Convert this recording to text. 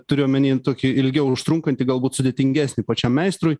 turiu omeny tokį ilgiau užtrunkantį galbūt sudėtingesnį pačiam meistrui